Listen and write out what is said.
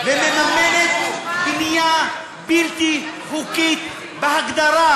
מממנת בנייה בלתי חוקית בהגדרה.